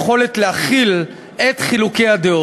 העם, גם תוך מחלוקת,